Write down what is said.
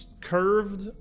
curved